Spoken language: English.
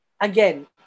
Again